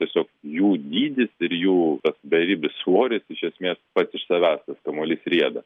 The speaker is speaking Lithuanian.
tiesiog jų dydis ir jų tas beribis svoris iš esmės pats iš savęs tas kamuolys rieda